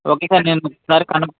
okay sir నేను ఒకసారి కను